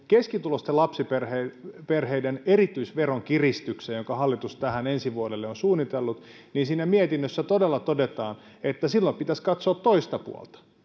keskituloisten lapsiperheiden erityisveronkiristykseen jonka hallitus on ensi vuodelle suunnitellut niin siinä mietinnössä todella todetaan että silloin pitäisi katsoa toista puolta